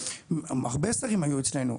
הרבה שרים היו אצלנו,